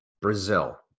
Brazil